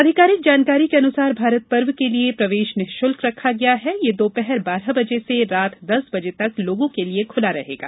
आधिकारिक जानकारी के अनुसार भारत पर्व के लिए प्रवेश निःशुल्क रखा गया है यह दोपहर बारह बजे से रात दस बजे तक लोगों के लिए खुला रहेगा